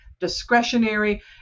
discretionary